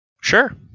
Sure